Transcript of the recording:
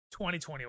2021